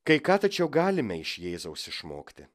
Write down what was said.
kai ką tačiau galime iš jėzaus išmokti